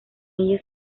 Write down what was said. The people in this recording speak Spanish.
ella